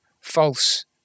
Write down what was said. false